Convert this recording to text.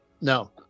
No